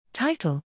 Title